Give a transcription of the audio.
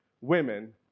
women